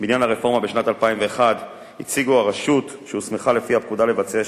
בעניין הרפורמה בשנת 2001 הציגו הרשות שהוסמכה לפי הפקודה לבצע שינויים,